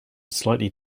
slightly